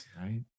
right